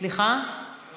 אין